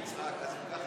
יצחק.